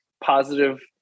positive